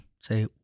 Say